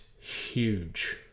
huge